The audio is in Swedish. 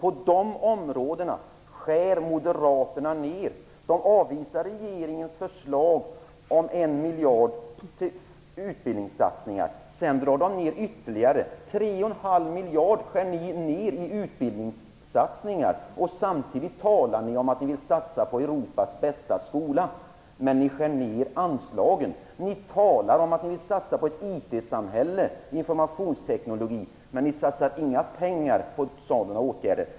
Moderaterna skär ner på dessa områden. De avvisar regeringens förslag på 1 miljard till utbildningssatsningar. Sedan drar de ner ytterligare. Ni skär ner 3,5 miljarder i utbildningssatsningar. Samtidigt talar ni om att ni vill satsa på Europas bästa skola, men ni skär ner anslagen. Ni talar om att ni vill satsa på ett IT-samhälle, dvs. informationsteknologi, men ni satsar inga pengar på sådana åtgärder.